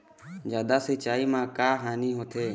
जादा सिचाई म का हानी होथे?